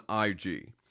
IG